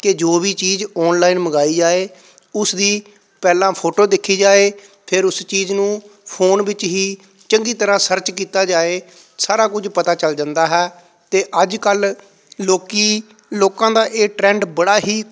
ਕਿ ਜੋ ਵੀ ਚੀਜ਼ ਔਨਲਾਈਨ ਮੰਗਵਾਈ ਜਾਏ ਉਸ ਦੀ ਪਹਿਲਾਂ ਫੋਟੋ ਦੇਖੀ ਜਾਏ ਫਿਰ ਉਸ ਚੀਜ਼ ਨੂੰ ਫੋਨ ਵਿੱਚ ਹੀ ਚੰਗੀ ਤਰ੍ਹਾਂ ਸਰਚ ਕੀਤਾ ਜਾਏ ਸਾਰਾ ਕੁਝ ਪਤਾ ਚੱਲ ਜਾਂਦਾ ਹੈ ਅਤੇ ਅੱਜ ਕੱਲ੍ਹ ਲੋਕ ਲੋਕਾਂ ਦਾ ਇਹ ਟਰੈਂਡ ਬੜਾ ਹੀ